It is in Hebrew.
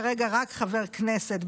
כרגע רק חבר כנסת,